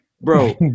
bro